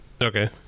okay